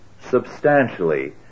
substantially